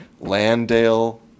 Landale